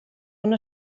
una